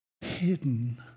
hidden